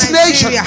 nation